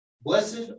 Blessed